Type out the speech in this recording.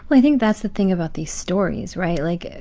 i think that's the thing about these stories, right? like,